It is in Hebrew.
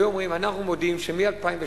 היו אומרים: אנחנו מודיעים שמ-2012